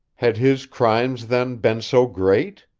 had his crimes then been so great?